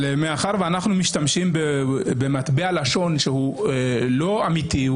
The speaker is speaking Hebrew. אנחנו משתמשים במטבע לשון שהוא לא אמיתי,